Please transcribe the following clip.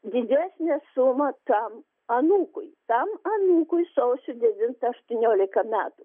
didesnę sumą tam anūkui tam anūkui sausio devintą aštuoniolika metų